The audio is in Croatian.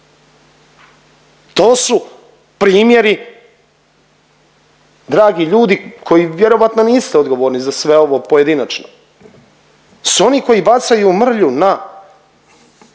To su primjeri dragi ljudi koji vjerojatno niste odgovorni za sve ovo pojedinačno, su oni koji bacaju mrlju na